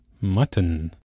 mutton